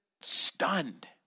Stunned